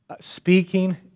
Speaking